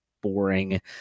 boring